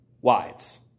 Wives